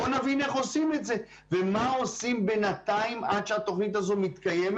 בואו נבין איך עושים את זה ומה עושים בינתיים עד שהתוכנית הזו מתקיימת.